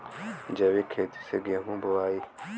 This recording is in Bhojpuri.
जैविक खेती से गेहूँ बोवाई